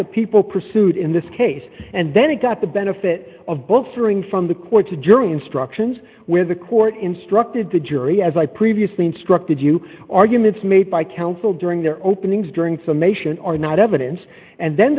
the people pursued in this case and then it got the benefit of both the ring from the court the jury instructions where the court instructed the jury as i previously instructed you arguments made by counsel during their openings during summation are not evidence and then